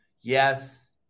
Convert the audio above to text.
yes